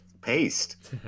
paste